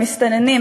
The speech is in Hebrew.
המסתננים,